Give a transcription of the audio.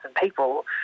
people